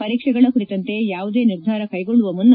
ಪರೀಕ್ಸೆಗಳ ಕುರಿತಂತೆ ಯಾವುದೇ ನಿರ್ಧಾರ ಕೈಗೊಳ್ಳುವ ಮುನ್ನ